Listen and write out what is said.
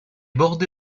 bordé